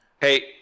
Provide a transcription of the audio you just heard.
Hey